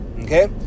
okay